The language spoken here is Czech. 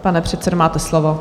Pane předsedo, máte slovo.